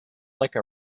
like